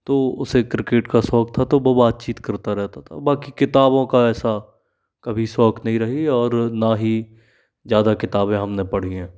तो उसे क्रिकेट का शौक़ था तो वो बातचीत करता रहता था बाक़ि किताबों का ऐसा कभी शौक़ नहीं रहा और ना ही ज़्यादा किताबें हम ने पढ़ी हैं